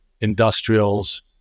industrials